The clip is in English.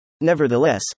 Nevertheless